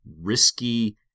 risky